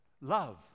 Love